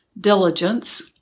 diligence